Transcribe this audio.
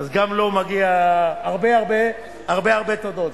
אז גם לו מגיע הרבה הרבה, הרבה הרבה תודות.